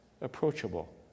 approachable